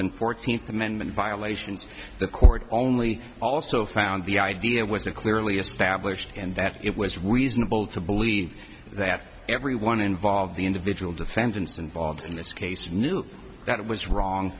and fourteenth amendment violations the court only also found the idea was a clearly established and that it was reasonable to believe that everyone involved the individual defendants involved in this case knew that it was wrong